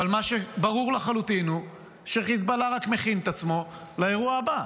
אבל מה שברור לחלוטין הוא שחיזבאללה רק מכין את עצמו לאירוע הבא.